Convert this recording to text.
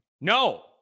no